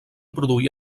produir